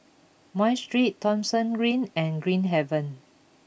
my Street Thomson Green and Green Haven